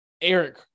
Eric